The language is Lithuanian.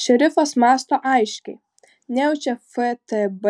šerifas mąsto aiškiai nejaučia ftb